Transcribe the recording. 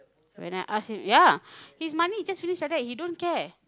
when I ask him ya his money just finish like that he don't care